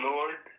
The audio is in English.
Lord